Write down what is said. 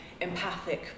empathic